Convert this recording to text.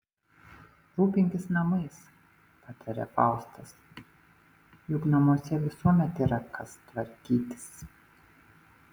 rūpinkis namais pataria faustas juk namuose visuomet yra kas tvarkytis